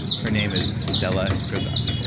her name is stella grizont.